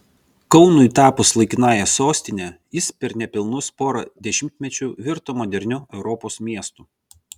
kaunui tapus laikinąja sostine jis per nepilnus pora dešimtmečių virto moderniu europos miestu